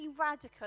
radical